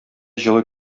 җылы